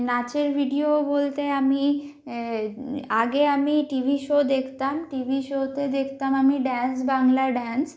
নাচের ভিডিও বলতে আমি আগে আমি টিভি শো দেখতাম টিভি শোতে দেখতাম আমি ডান্স বাংলা ডান্স